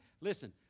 Listen